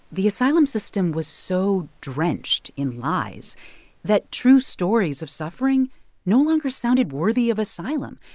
the asylum system was so drenched in lies that true stories of suffering no longer sounded worthy of asylum.